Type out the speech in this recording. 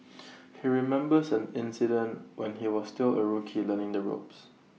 he remembers an incident when he was still A rookie learning the ropes